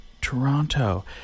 Toronto